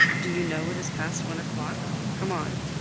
do you know it is past one o'clock? come on,